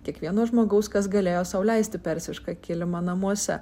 kiekvieno žmogaus kas galėjo sau leisti persišką kilimą namuose